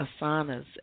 asanas